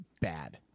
bad